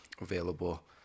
available